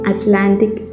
Atlantic